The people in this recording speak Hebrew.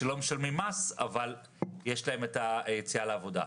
שלא משלמים מס אבל יש להם את היציאה לעבודה.